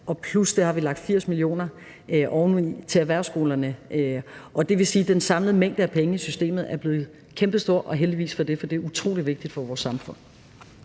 plus at vi har lagt 80 mio. kr. oveni til erhvervsskolerne. Og det vil sige, at den samlede mængde af penge i systemet er blevet kæmpestor – og heldigvis for det, for det er utrolig vigtigt for vores samfund.